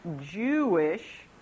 Jewish